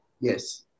Yes